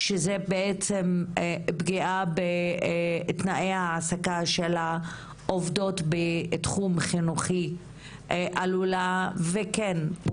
שהוא בעצם פגיעה בתנאי העסקה של העובדות בתחום חינוכי שעלולה וכן היא גם